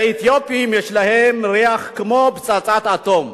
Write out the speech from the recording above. לאתיופים יש להם ריח כמו פצצת אטום.